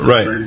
Right